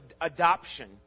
adoption